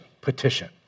petition